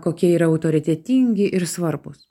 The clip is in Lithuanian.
kokie yra autoritetingi ir svarbūs